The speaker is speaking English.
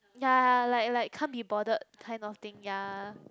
ya like like can't bothered kind of thing ya